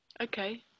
Okay